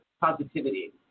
positivity